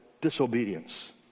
disobedience